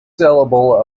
syllable